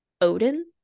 odin